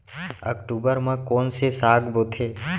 अक्टूबर मा कोन से साग बोथे?